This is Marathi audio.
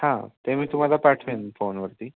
हां ते मी तुम्हाला पाठवेन फोनवरती